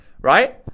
right